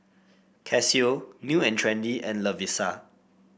Casio New And Trendy and Lovisa